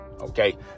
okay